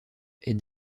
est